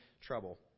trouble